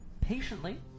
patiently